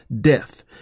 death